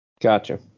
Gotcha